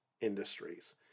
industries